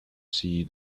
see